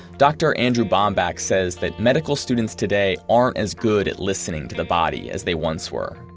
dr andrew bomback says that medical students today aren't as good at listening to the body as they once were.